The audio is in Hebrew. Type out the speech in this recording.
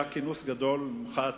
היה כינוס מחאתי